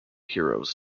heroes